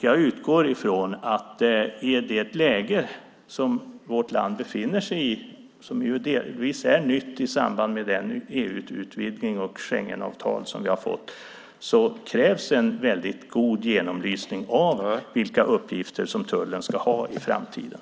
Jag utgår från att i det läge som vårt land befinner sig, som delvis är nytt på grund av den EU-utvidgning och det Schengenavtal som vi fått, krävs en mycket god genomlysning av vilka uppgifter tullen ska ha i framtiden.